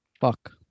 Fuck